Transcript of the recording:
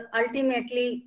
ultimately